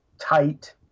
tight